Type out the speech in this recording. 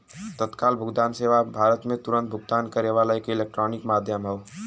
तत्काल भुगतान सेवा भारत में तुरन्त भुगतान करे वाला एक इलेक्ट्रॉनिक माध्यम हौ